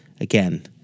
again